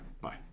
Bye